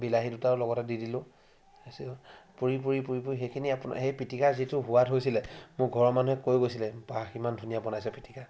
বিলাহী দুটাও লগতে দি দিলোঁ তাৰপিছত পূৰি পূৰি পূৰি পূৰি সেইখিনি সেই পিটিকাৰ যিটো সোৱাদ হৈছিলে মোক ঘৰৰ মানুহে কৈ গৈছিলে বাহ ইমান ধুনীয়া বনাইছ পিটিকা